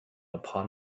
upon